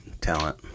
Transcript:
talent